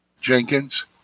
Jenkins